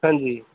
ਹਾਂਜੀ